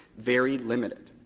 very limited.